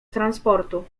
transportu